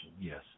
Yes